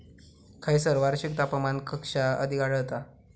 खैयसर वार्षिक तापमान कक्षा अधिक आढळता?